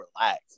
Relax